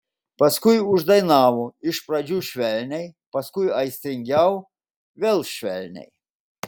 paskui uždainavo iš pradžių švelniai paskui aistringiau vėl švelniai